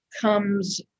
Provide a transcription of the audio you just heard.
comes